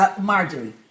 Marjorie